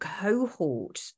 cohort